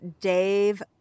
Dave